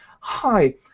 Hi